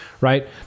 right